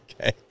Okay